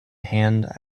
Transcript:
hand